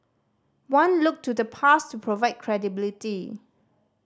one looked to the past to provide credibility